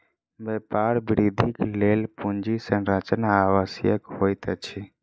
व्यापार वृद्धिक लेल पूंजी संरचना आवश्यक होइत अछि